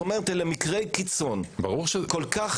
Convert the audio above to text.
כלומר אלה מקרי קיצון כל כך